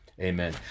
Amen